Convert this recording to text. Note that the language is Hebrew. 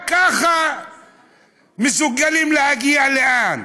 רק ככה מסוגלים להגיע, לאן?